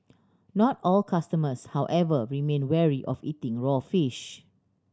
not all customers however remain wary of eating raw fish